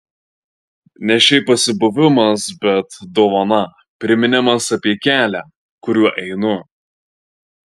ne šiaip pasibuvimas bet dovana priminimas apie kelią kuriuo einu